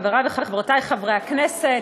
חברי וחברותי חברי הכנסת,